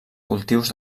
cultius